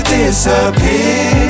disappear